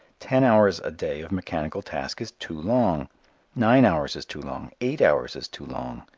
ten hours a day of mechanical task is too long nine hours is too long eight hours is too long.